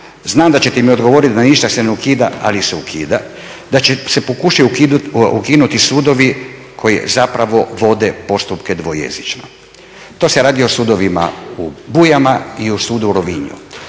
znam da ćete mi odgovoriti da ništa se ne ukida ali se ukida, da će se pokušati ukinuti sudovi koji zapravo vode postupke dvojezično. To se radi o sudovima u Bujama i o sudu u Rovinju.